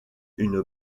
une